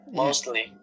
mostly